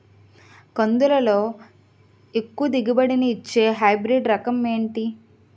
కందుల లో ఎక్కువ దిగుబడి ని ఇచ్చే హైబ్రిడ్ రకం ఏంటి?